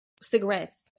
cigarettes